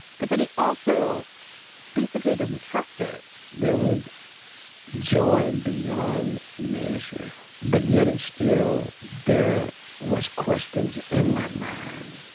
but then he also basically doesn't trust it there was joy beyond measure. but yet and still there was questions in my mind.